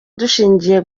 dushingiye